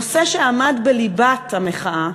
נושא שעמד בליבת המחאה,